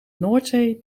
noordzee